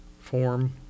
form